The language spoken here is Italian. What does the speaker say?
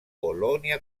polonia